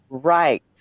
Right